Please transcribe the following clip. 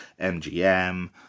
MGM